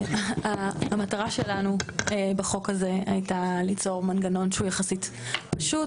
המטרה שלנו בחוק הזה הייתה ליצור מנגנון שהוא יחסית פשוט